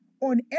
on